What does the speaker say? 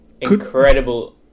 incredible